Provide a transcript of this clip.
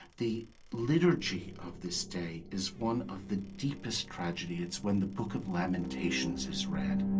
the liturgy of this day is one of the deepest tragedy. it's when the book of lamentations is read